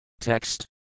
Text